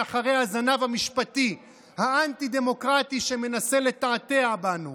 אחרי הזנב המשפטי האנטי-דמוקרטי שמנסה לתעתע בנו.